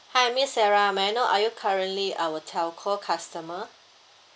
hi miss sarah may I know are you currently our telco customer